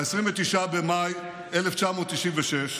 ב-29 במאי 1996,